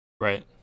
Right